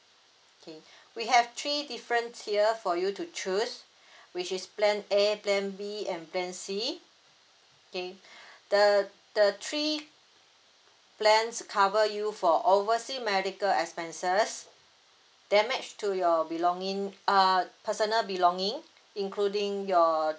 okay we have three difference tier for you to choose which is plan A plan B and plan C okay the the three plans cover you for overseas medical expenses damage to your belonging uh personal belonging including your